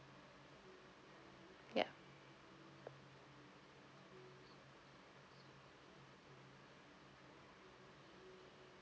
ya